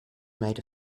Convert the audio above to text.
made